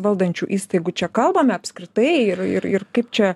valdančių įstaigų čia kalbame apskritai ir ir ir kaip čia